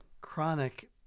chronic